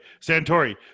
Santori